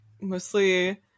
mostly